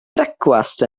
brecwast